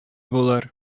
булыр